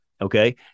Okay